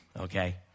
Okay